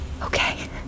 Okay